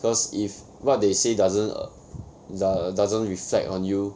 cause if what they say doesn't err doesn't reflect on you